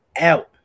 out